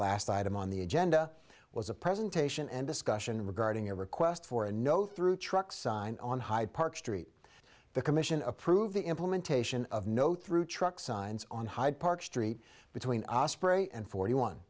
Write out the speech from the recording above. last item on the agenda was a presentation and discussion regarding a request for a no through truck sign on hyde park street the commission approved the implementation of no through truck signs on hyde park street between a spree and forty one